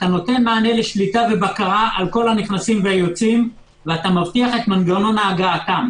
נותן מענה לשליטה ובקרה על כל הנכנסים והיוצאים ומבטיח את מנגנון הגעתם.